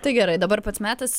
tai gerai dabar pats metas